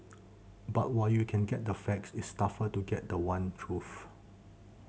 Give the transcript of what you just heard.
but while you can get the facts it's tougher to get the one truth